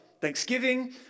Thanksgiving